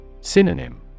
Synonym